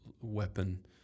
Weapon